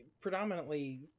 predominantly